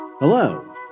Hello